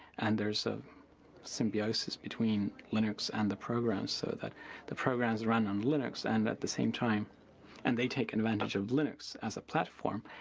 and there's a symbiosis between linux and the programs so that the programs run on linux and at the same time and they take the advantage of linux as a platform,